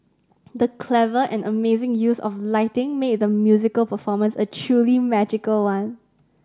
the clever and amazing use of lighting made the musical performance a truly magical one